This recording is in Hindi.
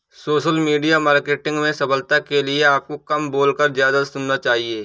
सोशल मीडिया मार्केटिंग में सफलता के लिए आपको कम बोलकर ज्यादा सुनना चाहिए